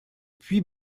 puy